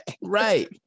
Right